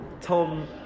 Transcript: Tom